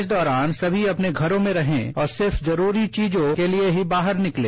इस दौरान सभी अपनों घरों में रहें और सिर्फ जरूरी चीजों के लिये ही बाहर निकलें